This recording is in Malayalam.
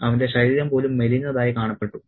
അവന്റെ ശരീരം പോലും മെലിഞ്ഞതായി കാണപ്പെട്ടു